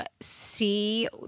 see